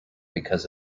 because